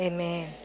Amen